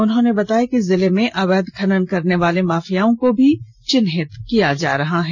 उन्होंने बताया कि जिले में अवैध खनन करने वाले माफियाओं को भी चिन्हित किया जा रहा है